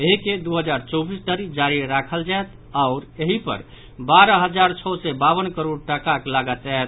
एहि के दू हजार चौबीस धरि जारी राखल जायत आओर एहि पर बारह हजार छओ सय बावन करोड़ टाकाक लागत आओत